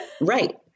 Right